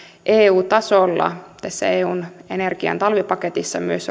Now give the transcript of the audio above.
eu tasolla tässä eun energian talvipaketissa myös